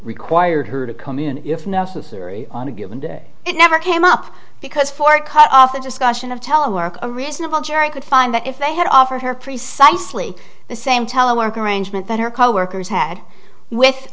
required her to come in if necessary on a given day it never came up because for cut off the discussion of telemark a reasonable jury could find that if they had offered her precisely the same telemark arrangement that her coworkers had with